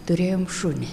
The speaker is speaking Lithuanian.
turėjom šunį